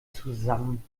zusammen